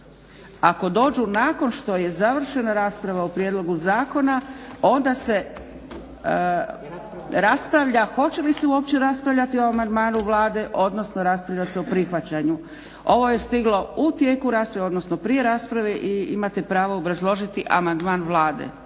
Ako dođu nakon što je završena rasprava o prijedlogu zakona onda se rasprava hoće li se uopće raspravljati o amandmanu Vlade, odnosno raspravlja se o prihvaćanju. Ovo je stiglo u tijeku rasprave, odnosno prije rasprave i imate pravo obrazložiti amandmane Vlade.